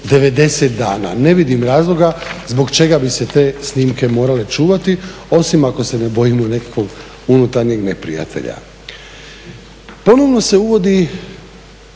90 dana. Ne vidim razloga zbog čega bi se te snimke morale čuvati osim ako se ne bojimo nekakvog unutarnje neprijatelja. Ponovno se uvodi